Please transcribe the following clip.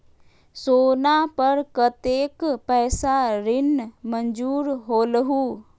सोना पर कतेक पैसा ऋण मंजूर होलहु?